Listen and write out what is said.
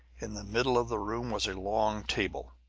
in the middle of the room was a long table,